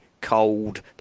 cold